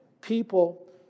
people